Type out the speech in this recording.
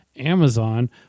amazon